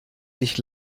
sich